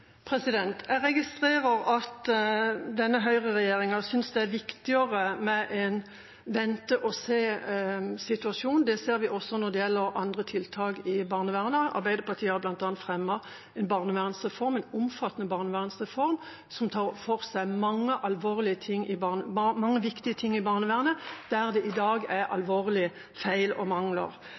Jeg registrerer at denne høyreregjeringa synes det er viktigere med en vente-og-se-situasjon. Det ser vi også når det gjelder andre tiltak i barnevernet. Arbeiderpartiet har bl.a. fremmet en barnevernsreform, en omfattende barnevernsreform som tar for seg mange viktige ting i barnevernet, der det i dag er alvorlige feil og mangler.